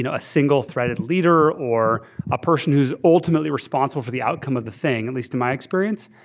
you know a single-threaded leader or a person who's ultimately responsible for the outcome of the thing, at least, in my experience.